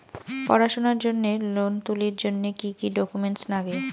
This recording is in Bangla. পড়াশুনার জন্যে লোন তুলির জন্যে কি কি ডকুমেন্টস নাগে?